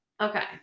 Okay